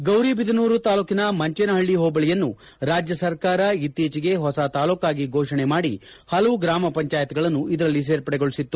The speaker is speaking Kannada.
ಗೌರಿಬಿದನೂರು ತಾಲೂಕಿನ ಮಂಚೇನಹಳ್ಳಿ ಹೋಬಳಿಯನ್ನು ರಾಜ್ಯ ಸರ್ಕಾರ ಇತ್ತೀಚೆಗೆ ಹೊಸ ತಾಲೂಕಾಗಿ ಫೋಷಣೆ ಮಾಡಿ ಹಲವು ಗ್ರಾಮ ಪಂಚಾಯತ್ಗಳನ್ನು ಇದರಲ್ಲಿ ಸೇರ್ಪಡೆಗೊಳಿಸಿತ್ತು